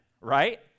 right